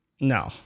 No